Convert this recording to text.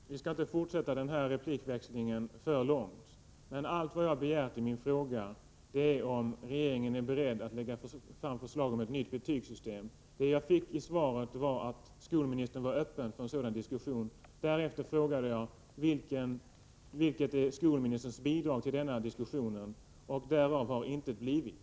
Herr talman! Vi skall inte fortsätta denna replikväxling alltför länge. Allt vad jag har begärt i min fråga är att få veta om regeringen är beredd att lägga fram förslag om ett nytt betygssystem. Det besked jag fick i svaret är att skolministern är öppen för en sådan diskussion. Därefter frågade jag: Vilket är skolministerns bidrag till denna diskussion? Därav har intet blivit.